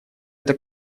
эта